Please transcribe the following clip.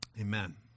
Amen